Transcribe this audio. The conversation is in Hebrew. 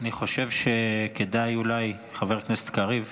אני חושב שכדאי אולי, חבר הכנסת קריב,